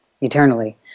eternally